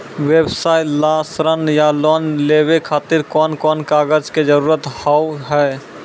व्यवसाय ला ऋण या लोन लेवे खातिर कौन कौन कागज के जरूरत हाव हाय?